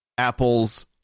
Apple's